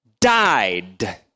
died